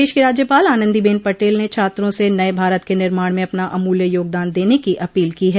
प्रदेश की राज्यपाल आनंदी बेन पटेल ने छात्रों से नये भारत के निर्माण में अपना अमूल्य योगदान देने की अपील की है